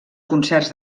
concerts